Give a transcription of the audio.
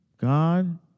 God